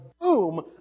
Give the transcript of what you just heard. boom